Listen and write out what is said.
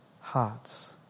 hearts